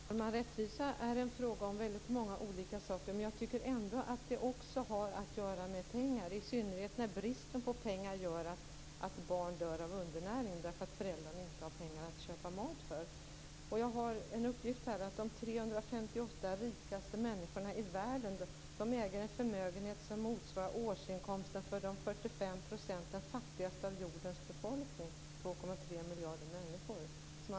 Fru talman! Rättvisa är en fråga om många olika saker. Men det har också att göra med pengar, i synnerhet när bristen på pengar gör att barn dör av undernäring därför att föräldrarna inte har pengar att köpa mat för. Jag har en uppgift om att de 358 rikaste människorna i världen äger en förmögenhet som motsvarar årsinkomsten för de fattigaste 45 % av jordens befolkning, 2,3 miljarder människor.